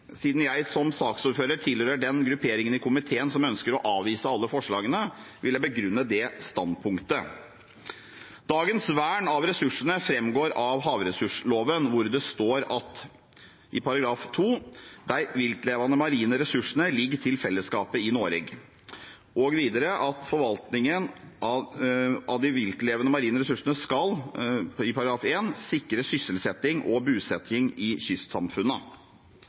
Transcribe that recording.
Siden jeg som saksordfører tilhører den grupperingen i komiteen som ønsker å avvise alle forslagene, vil jeg begrunne det standpunktet. Dagens vern av ressursene framgår av havressursloven, der det står i § 2: «Dei viltlevande marine ressursane ligg til fellesskapet i Noreg.» Og i § 1 heter det at forvaltningen av de viltlevende marine ressursene skal «sikre sysselsetjing og busetjing i